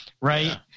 right